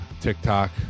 TikTok